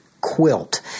quilt